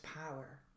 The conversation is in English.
power